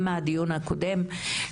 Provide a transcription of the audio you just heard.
אני יודעת גם מהדיון הקודם שניהלנו פה בנושא,